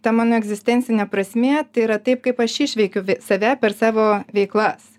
ta mano egzistencinė prasmė tai yra taip kaip aš išveikiu ve save per savo veiklas